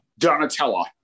Donatella